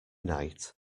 night